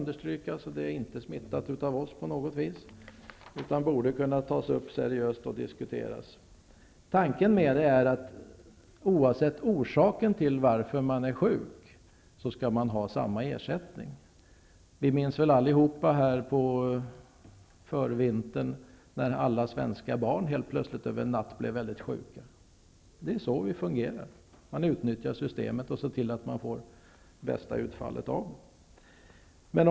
Det är inte smittat av oss på något vis. Det borde därför kunna tas upp seriöst och diskuteras. Tanken med det är, att oavsett orsaken till varför man är sjuk skall man ha samma ersättning. Vi minns väl allihop när alla svenska barn på förvintern helt plötsligt blev väldigt sjuka över en natt. Det är så vi fungerar. Man utnyttjar systemet och ser till att man får det bästa utfallet av det.